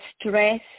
stress